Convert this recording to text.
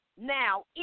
now